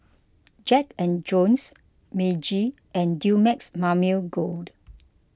Jack and Jones Meiji and Dumex Mamil Gold